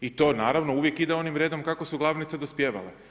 I to naravno uvijek ide onim redom kako su glavnice dospijevale.